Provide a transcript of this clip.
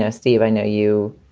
ah steve, i know you